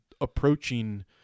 approaching